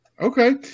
Okay